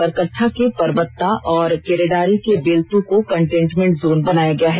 बरकट्टा के परबत्ता और केरेडारी के बेलतू को कंटेनमेंट जोन बनाया गया है